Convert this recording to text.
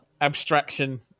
abstraction